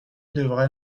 devrait